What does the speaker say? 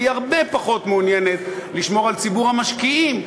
והיא הרבה פחות מעוניינת לשמור על ציבור המשקיעים,